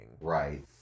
Right